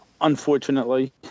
Unfortunately